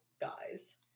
guys